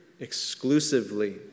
exclusively